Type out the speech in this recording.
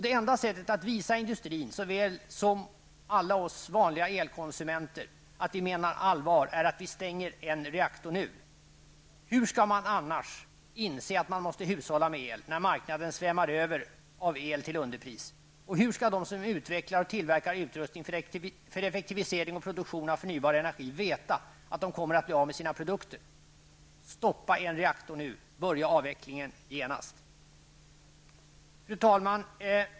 Det enda sättet att visa industrin och alla vanliga elkonsumenter att vi menar allvar är att vi stänger en reaktor nu. Hur skall man annars inse att man måste hushålla med el när marknaden svämmar över av el till underpriser. Hur skall de som utvecklar och tillverkar utrustning för effektivisering och produktion av förnybar energi veta att de kommer att bli av med sina produkter. Stoppa en reaktor nu, börja avvecklingen genast. Fru talman!